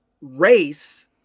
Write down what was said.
race